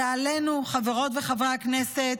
ועלינו, חברות וחברי הכנסת,